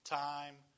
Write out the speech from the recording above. time